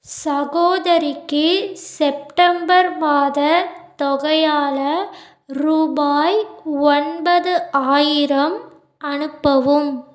சகோதரிக்கு செப்டம்பர் மாத தொகையால ரூபாய் ஒன்பது ஆயிரம் அனுப்பவும்